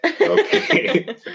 Okay